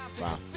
Wow